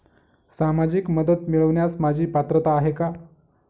सामाजिक मदत मिळवण्यास माझी पात्रता आहे का?